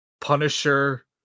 Punisher